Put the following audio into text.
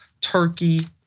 Turkey